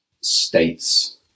states